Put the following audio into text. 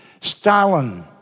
Stalin